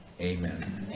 Amen